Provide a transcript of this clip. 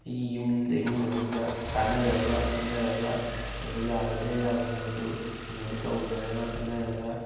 ꯑꯩꯒꯤ ꯌꯨꯝꯗ ꯏꯃꯨꯡ ꯃꯅꯨꯡꯗ ꯇꯥꯟꯅꯔꯒ ꯈꯟꯅꯔꯒ ꯇꯧꯕ ꯌꯥꯒꯗ꯭ꯔ ꯌꯥꯔꯣꯏ ꯍꯥꯏꯕꯗꯨ ꯑꯗꯨꯃꯥꯏꯅ ꯇꯧꯅꯔꯒ ꯈꯟꯅꯔꯒ